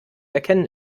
erkennen